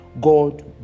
God